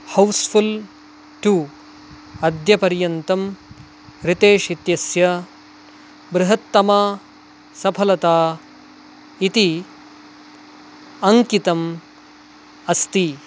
Housefull two अद्यपर्यन्तं रितेश् इत्यस्य बृहत्तमा सफलता इति अङ्कितम् अस्ति